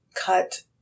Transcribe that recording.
cut